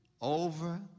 Over